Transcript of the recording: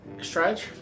stretch